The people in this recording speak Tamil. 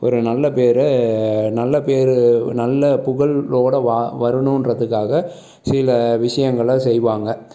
ஒரு நல்ல பெயர நல்ல பெயரு நல்ல புகழ்ளோடு வ வரணும்றத்துக்காக சில விஷயங்களை செய்வாங்கள்